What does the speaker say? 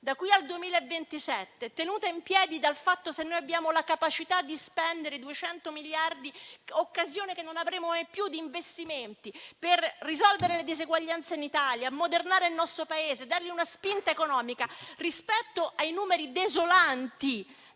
da qui al 2027, è tenuta in piedi dalla nostra capacità di spendere 200 miliardi di euro (occasione che non avremo più) in investimenti per risolvere le diseguaglianze, ammodernare il nostro Paese e dargli una spinta economica rispetto ai numeri desolanti